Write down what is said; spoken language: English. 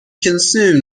consumed